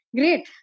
great